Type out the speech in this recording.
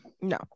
No